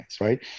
right